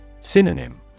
Synonym